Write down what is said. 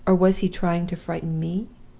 or was he trying to frighten me?